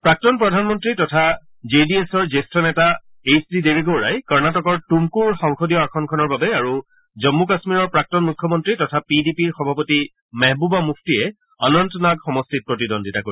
প্ৰাক্তন প্ৰধানমন্ত্ৰী তথা ডে জি এছৰ জ্যেষ্ঠ নেতা এইছ ডি দেৱেগৌড়াই কৰ্ণাটকৰ টুমকুৰ সংসদীয় আসনখনৰ বাবে আৰু জম্মু কামীৰৰ প্ৰাক্তন মুখ্যমন্তী তথা পি ডি পিৰ সভাপতি মেহবুবা মুফটিয়ে অনন্তনাগ সমট্টিত প্ৰতিদ্বন্দ্বিতা কৰিব